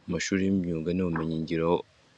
Mu mashuri y'imyuga n'ubumenyingiro